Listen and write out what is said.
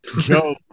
Joe